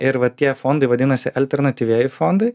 ir va tie fondai vadinasi alternatyvieji fondai